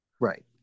Right